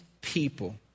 people